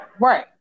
Right